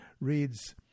reads